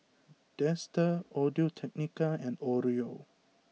Dester Audio Technica and Oreo